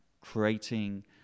creating